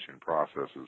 processes